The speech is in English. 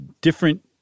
different